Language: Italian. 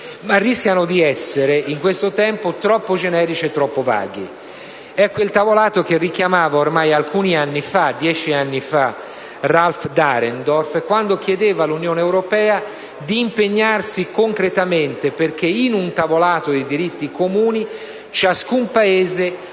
rischiano di essere, in questo tempo, troppo generici e vaghi. Si tratta di quel tavolato che richiamava ormai alcuni anni fa (10 anni fa) Ralph Dahrendorf, quando chiedeva all'Unione europea di impegnarsi concretamente perché in un tavolato di diritti comuni ciascun Paese